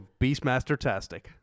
Beastmaster-tastic